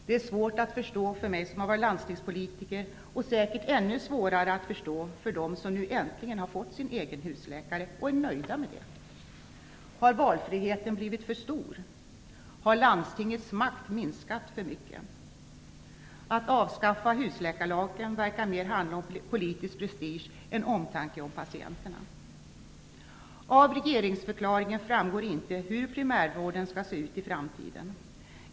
Det är svårt att förstå för mig som landstingspolitiker och säkert ännu svårare att förstå för dem som nu äntligen har fått sin egen husläkare och är nöjda med detta. Har valfriheten blivit för stor? Har landstingets makt minskat för mycket? Att avskaffa husläkarlagen verkar mer handla om politisk prestige än omtanke om patienterna. Av regeringsförklaringen framgår inte hur primärvården skall se lut i framtiden.